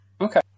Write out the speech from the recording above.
Okay